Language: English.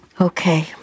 Okay